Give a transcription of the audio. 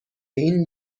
این